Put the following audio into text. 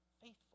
faithful